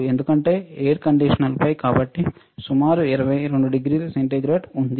ఎందుకంటే air conditioner పై కాబట్టి సుమారు 22 డిగ్రీల సెంటీగ్రేడ్ ఉంది